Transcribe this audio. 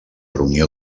reunió